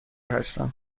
هستم